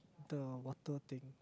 the water thing